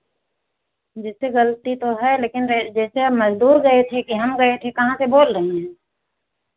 जैसे गलती तो है लेकिन जैसे अब मज़दूर गए थे कि हम गए थे कहाँ से बोल रही हैं